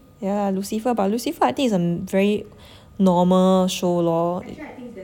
yeah lah lucifer but lucifer I think it's a very normal show lor